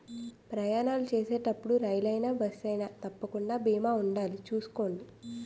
ప్రయాణాలు చేసేటప్పుడు రైలయినా, బస్సయినా తప్పకుండా బీమా ఉండాలి చూసుకోండి